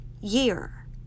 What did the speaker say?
year